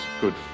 good